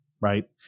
right